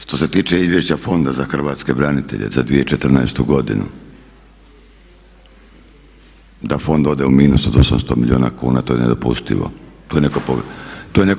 Što se tiče izvješća Fonda za hrvatske branitelje za 2014. godinu da fond ode u minus od 800 milijuna kuna to je nedopustivo, to je netko pogriješio.